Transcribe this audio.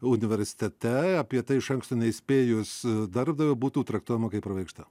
universitete apie tai iš anksto neįspėjus darbdavio būtų traktuojama kaip pravaikšta